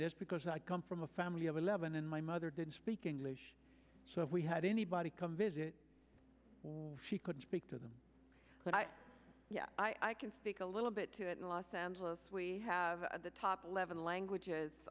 this because i come from a family of eleven and my mother didn't speak english so if we had anybody come visit she could speak to them but yeah i can speak a little bit to it in los angeles we have the top eleven languages